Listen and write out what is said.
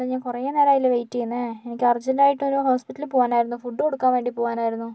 ഞാൻ കുറേ നേരമായില്ലേ വെയിറ്റ് ചെയ്യുന്നത് എനിക്ക് അർജൻ്റായിട്ട് ഒരു ഹോസ്പിറ്റലിൽ പോവാനായിരുന്നു ഫുഡ് കൊടുക്കാൻ വേണ്ടി പോവാനായിരുന്നു